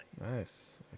Nice